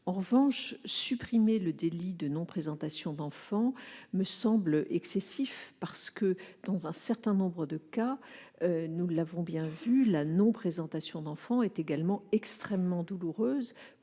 En revanche, supprimer le délit de non-représentation d'enfant me semble excessif. Dans un certain nombre de cas, nous l'avons bien vu, la non-représentation d'enfant est extrêmement douloureuse